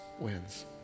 wins